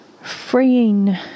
freeing